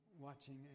watching